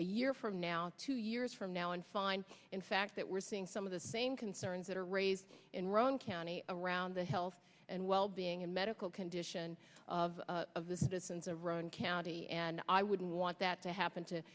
a year from now two years from now and find in fact that we're seeing some of the same concerns that are raised in roane county around the health and well being a medical condition of the citizens of roane county and i wouldn't want that to happen to